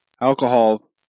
Alcohol